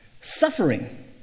Suffering